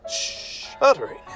Shuddering